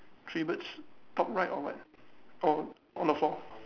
three birds top right or what or on the floor